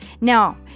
Now